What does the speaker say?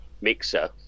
Mixer